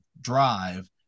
drive